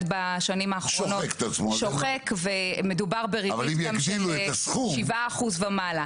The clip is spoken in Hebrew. בשנים האחרונות שוחק ומדובר גם בריבית של 7% ומעלה.